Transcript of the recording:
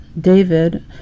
David